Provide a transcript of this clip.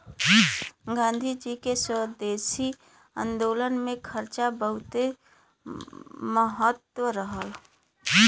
गांधी जी के स्वदेशी आन्दोलन में चरखा बहुते महत्व रहल